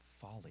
folly